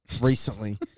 recently